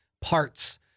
parts